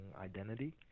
identity